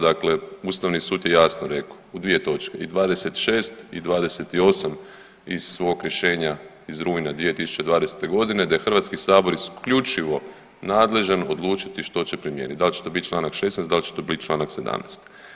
Dakle, Ustavni sud je jasno rekao u dvije točke i 26. i 28. iz svog rješenja iz rujna 2020. godine da je Hrvatski sabor isključivo nadležan odlučiti što će primijeniti da li će to biti članak 16., da li će to biti članak 17.